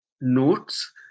notes